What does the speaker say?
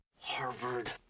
Harvard